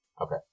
Okay